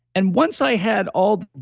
and once i had all,